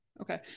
okay